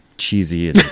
cheesy